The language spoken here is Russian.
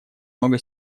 много